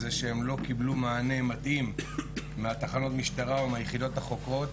שהן לא קיבלו מענה מתאים מתחנות המשטרה ומהיחידות החוקרות,